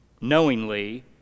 knowingly